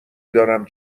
دارم